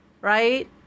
right